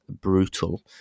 brutal